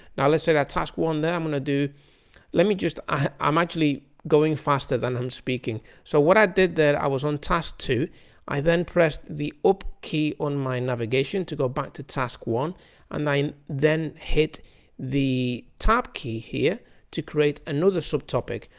now let's say that task one then i'm gonna do let me just i'm actually going faster than i'm speaking so what i did there i was on task two i then pressed the up key on my navigation to go back to task one and then i hit the tab key here to create another subtopic.